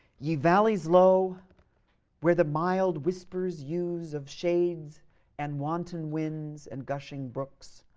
ye valleys low where the mild whispers use of shades and wanton winds and gushing brooks,